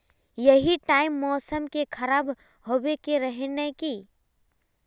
यही टाइम मौसम के खराब होबे के रहे नय की?